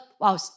wow